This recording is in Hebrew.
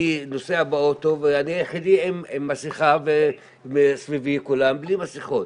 אני נוסע באוטו ואני היחידי עם מסכה ומסביבי כולם בלי מסכות.